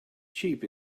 cheap